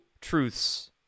truths